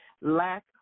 lack